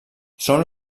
són